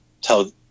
tell